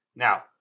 Now